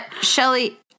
Shelly